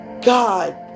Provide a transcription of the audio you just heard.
God